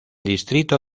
distrito